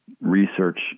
research